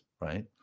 right